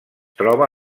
troba